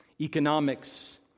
economics